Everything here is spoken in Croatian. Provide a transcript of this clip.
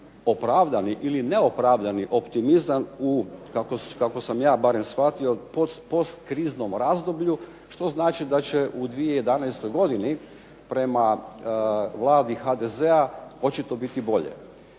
opravdani ili neopravdani optimizam u kako sam ja barem shvatio u post kriznom razdoblju što znači da će u 2011. godini prema Vladi HDZ-a očito biti bolje.